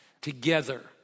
together